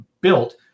built